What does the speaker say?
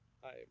Hi